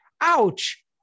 ouch